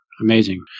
Amazing